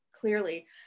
clearly